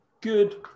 good